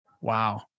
Wow